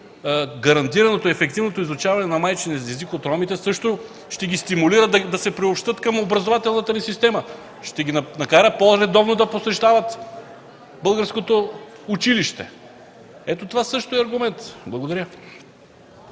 гарантираното, ефективно изучаване на майчин език от ромите също ще ги стимулира да се приобщят към образователната ни система, ще ги накара по-редовно да посещават българското училище? Ето това също е аргумент. Благодаря.